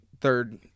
third